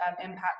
impact